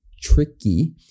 tricky